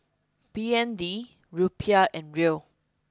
B N D Rupiah and Riel